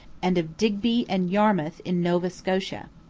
and of digby and yarmouth in nova scotia.